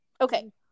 Okay